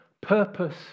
purpose